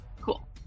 Cool